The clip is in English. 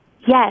Yes